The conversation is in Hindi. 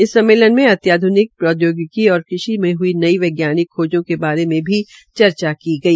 इस सम्मेलन में अत्याध्निक प्रौद्योगिकी और कृषि में हई नई वैज्ञानिक खोजों के बारे भी चर्चा की गई